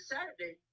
Saturday